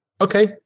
okay